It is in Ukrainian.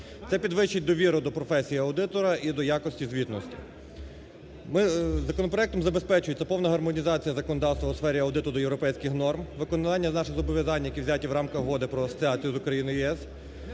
Це підвищить довіру до професій аудитора і до якості звітності. Законопроектом забезпечується повна гармонізація законодавства у сфері аудиту до європейських норм, виконання наших зобов'язань, які взяті в рамках Угоди про асоціацією України з ЄС,